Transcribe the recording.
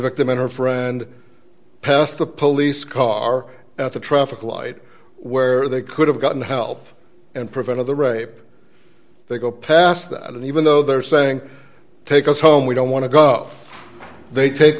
victim and her friend past the police car at the traffic light where they could have gotten help and prevent other rape they go past that and even though they're saying take us home we don't want to go up they take